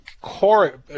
core